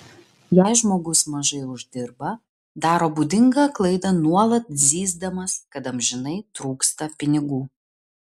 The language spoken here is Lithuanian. jei žmogus mažai uždirba daro būdingą klaidą nuolat zyzdamas kad amžinai trūksta pinigų